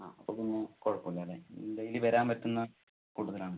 ആ അപ്പം പിന്നെ കുഴപ്പമില്ലല്ലേ ഡൈയിലി വരാൻ പറ്റുന്ന കൂട്ടത്തിലാണ്